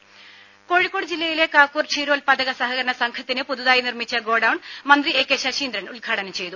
രും കോഴിക്കോട് ജില്ലയിലെ കാക്കൂർ ക്ഷീരോൽപാദക സഹകരണ സംഘത്തിന് പുതുതായി നിർമിച്ച ഗോഡൌൺ മന്ത്രി എ കെ ശശീന്ദ്രൻ ഉദ്ഘാടനം ചെയ്തു